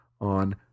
on